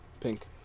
pink